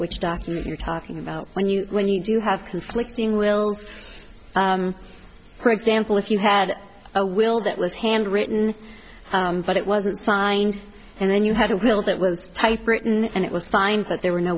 which document you're talking about when you when you do have conflicting wills for example if you had a will that was handwritten but it wasn't signed and then you had a bill that was typewritten and it was find that there were no